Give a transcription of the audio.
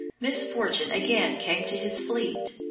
misfortune again came to his fleet.